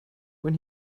when